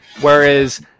whereas